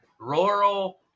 Rural